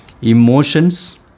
emotions